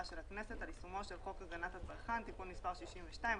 של הכנסת על יישומו של חוק הגנת הצרכן (תיקון מס' 62),